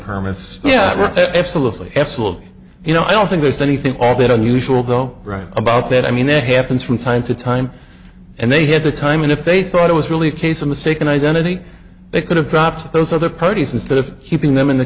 permits yeah absolutely absolutely you know i don't think there's anything all that unusual go right about that i mean it happens from time to time and they have the time and if they thought it was really a case of mistaken identity they could have dropped those other parties instead of keeping them in the